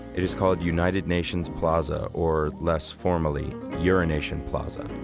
it is called united nations plaza or less formally, urination plaza.